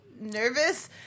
nervous